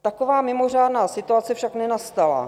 Taková mimořádná situace však nenastala.